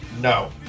No